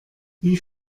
wie